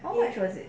how much was it